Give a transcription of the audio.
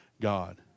God